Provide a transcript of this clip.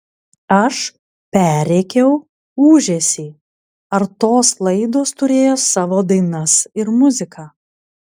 aš perrėkiau ūžesį ar tos laidos turėjo savo dainas ir muziką